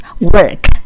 work